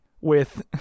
with-